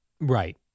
Right